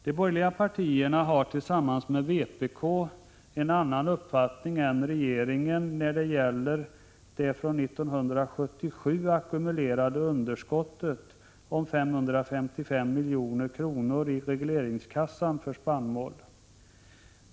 De borgerliga partierna har tillsammans med vpk en annan uppfattning än regeringen när det gäller det från 1977 ackumulerade underskottet om 555 milj.kr. i regleringskassan för spannmål.